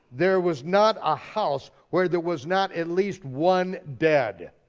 there was not a house where there was not at least one dead.